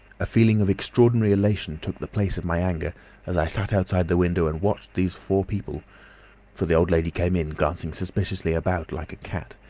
a feeling of extraordinary elation took the place of my anger as i sat outside the window and watched these four people for the old lady came in, glancing suspiciously about her like a cat,